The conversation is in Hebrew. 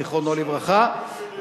זיכרונו לברכה,